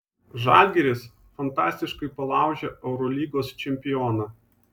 žalgiris fantastiškai palaužė eurolygos čempioną